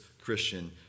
Christian